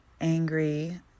angry